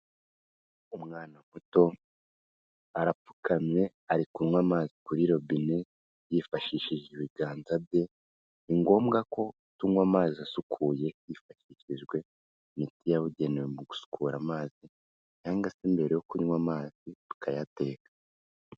Umwana muto arapfukamye ari kunywa amazi kuri robine yifashishije ibiganza bye, ni ngombwa ko utunywa amazi asukuye hifashishijwe imiti yabugenewe mu gusukura amazi cyangwa se mbere yo kunywa amazi tukayateka.